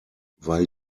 weil